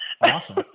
awesome